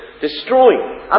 destroying